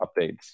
updates